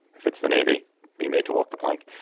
if it's the navy be made to walk the plank,